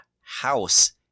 house